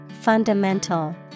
fundamental